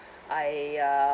I uh